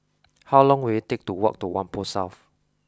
how long will it take to walk to Whampoa South